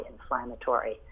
inflammatory